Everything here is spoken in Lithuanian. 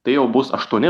tai jau bus aštuoni